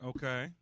Okay